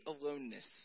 aloneness